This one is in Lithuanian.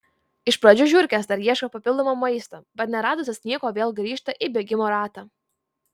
iš pradžių žiurkės dar ieško papildomo maisto bet neradusios nieko vėl grįžta į bėgimo ratą